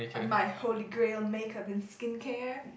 my holy grail makeup and skincare